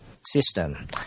system